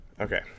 okay